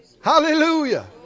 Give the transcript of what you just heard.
Hallelujah